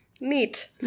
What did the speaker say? neat